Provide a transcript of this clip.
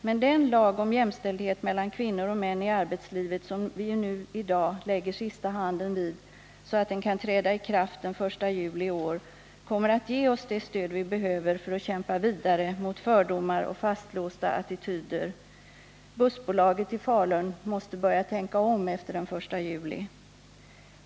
Men den lag om jämställdhet mellan kvinnor och män i arbetslivet som vi nu i dag lägger sista handen vid, så att den kan träda i kraft den 1 juli i år, kommer att ge oss det stöd vi behöver för att kämpa vidare mot fördomar och fastlåsta attityder. Bussbolaget i Falun måste börja tänka om efter den 1 juli.